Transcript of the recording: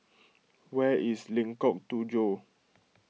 where is Lengkok Tujoh